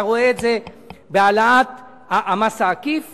אתה רואה את זה בהעלאת המס העקיף